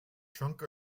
trunk